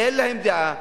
אין להם דעה,